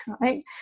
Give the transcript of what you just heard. right